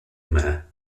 mayor